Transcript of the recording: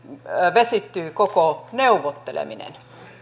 vesittyy koko neuvotteleminen